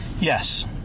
Yes